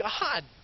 God